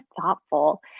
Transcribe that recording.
thoughtful